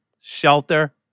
shelter